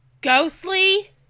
ghostly